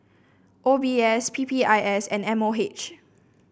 O B S P P I S and M O H